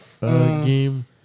game